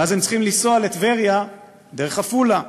ואז הם צריכים לנסוע לטבריה דרך עפולה.